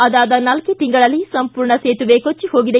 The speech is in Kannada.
ಅದಾದ ನಾಲ್ಕೇ ತಿಂಗಳಲ್ಲಿ ಸಂಪೂರ್ಣ ಸೇತುವೆ ಕೊಚ್ಚಿ ಹೋಗಿದೆ